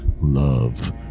love